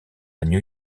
new